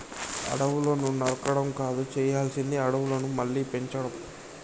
అడవులను నరకడం కాదు చేయాల్సింది అడవులను మళ్ళీ పెంచడం